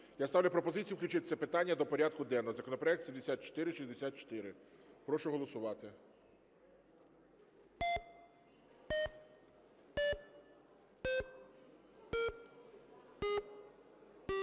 Я ставлю пропозицію включити це питання до порядку денного. Законопроект 7464. Прошу голосувати.